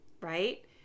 right